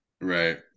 Right